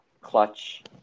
Clutch